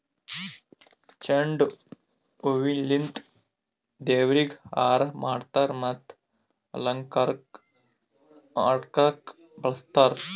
ಚೆಂಡು ಹೂವಿಲಿಂತ್ ದೇವ್ರಿಗ್ ಹಾರಾ ಮಾಡ್ತರ್ ಮತ್ತ್ ಅಲಂಕಾರಕ್ಕ್ ಮಾಡಕ್ಕ್ ಬಳಸ್ತಾರ್